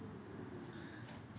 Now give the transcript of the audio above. அத ஆச படுத்தலாம்:atha aasa paduthalaam